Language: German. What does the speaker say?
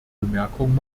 bemerkung